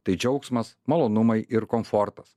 tai džiaugsmas malonumai ir komfortas